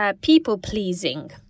people-pleasing